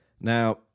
Now